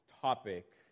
topic